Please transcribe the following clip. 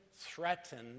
Threatened